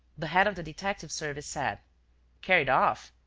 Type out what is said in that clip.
the head of the detective service said carried off?